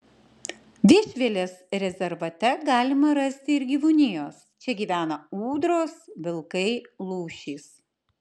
viešvilės rezervate galima rasti ir gyvūnijos čia gyvena ūdros vilkai lūšys